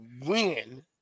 win